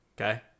okay